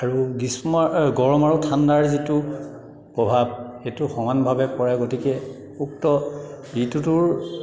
আৰু গ্ৰীষ্ম গৰম আৰু ঠাণ্ডাৰ যিটো প্ৰভাৱ সেইটো সমানভাৱে পৰে গতিকে উক্ত ঋতুটোৰ